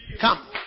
Come